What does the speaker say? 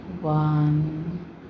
one